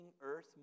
earth